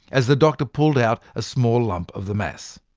as the doctor pulled out a small lump of the mass.